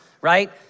right